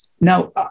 Now